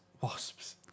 Wasps